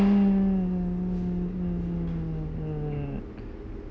mm